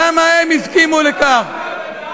למה הם הסכימו לכך?